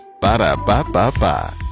Ba-da-ba-ba-ba